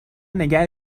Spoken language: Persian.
نگه